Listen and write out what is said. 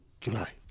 July